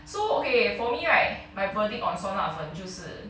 so okay for me right my verdict on 酸辣粉就是